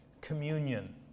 communion